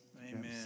amen